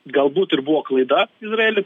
galbūt ir buvo klaida izraelį